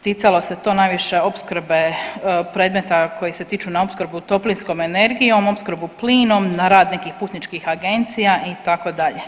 Ticalo se to najviše opskrbe predmeta koji se tiču na opskrbu toplinskom energijom, opskrbu plinom, na rad nekih putničkih agencija itd.